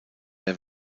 der